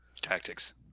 Tactics